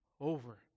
over